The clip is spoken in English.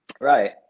Right